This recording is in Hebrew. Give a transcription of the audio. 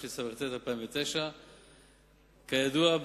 התשס"ט 2009. כידוע,